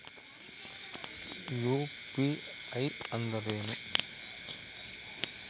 UPI ಅಂದ್ರೇನು?